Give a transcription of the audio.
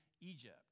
Egypt